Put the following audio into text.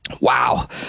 Wow